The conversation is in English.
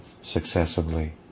successively